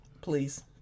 Please